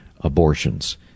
abortions